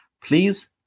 please